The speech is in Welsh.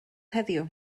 heddiw